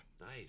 Nice